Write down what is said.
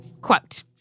Quote